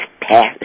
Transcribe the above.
past